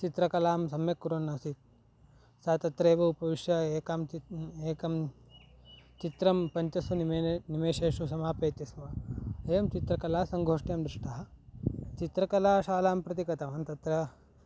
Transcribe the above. चित्रकलां सम्यक् कुर्वन् आसीत् सः तत्रैव उपविश्य एकां चित् एकं चित्रं पञ्चसु निमेने निमेषेषु समापयति स्म एवं चित्रकलासङ्गोष्ठ्यां दृष्टः चित्रकलाशालां प्रति गतवान् तत्र